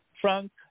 Frank